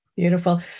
Beautiful